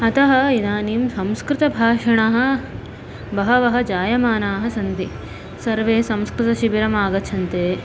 अतः इदानीं संस्कृतभाषणः बहवः जायमानाः सन्ति सर्वे संस्कृतशिबिरम् आगच्छन्ति